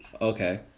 Okay